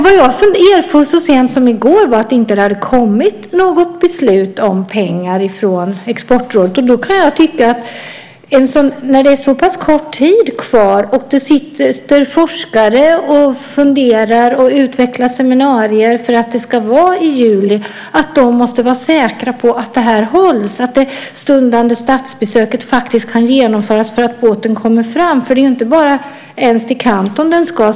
Vad jag erfor så sent som i går var att det inte hade kommit något beslut om pengar från Exportrådet. När det är så pass kort tid kvar och det sitter forskare som planerar och utvecklar seminarier som ska hållas i juli, måste de vara säkra på att det här hålls, att båten kommer fram så att det stundande statsbesöket faktiskt kan genomföras. Det är ju inte bara till Kanton den ska.